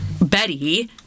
Betty